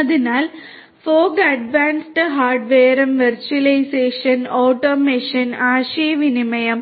അതിനാൽ fog advanced ഹാർഡ്വെയറും virtualisation automation ആശയവിനിമയം